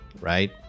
right